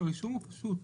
הרישום הוא פשוט.